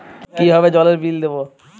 কিভাবে জলের বিল দেবো?